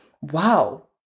wow